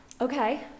Okay